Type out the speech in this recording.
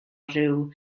ryw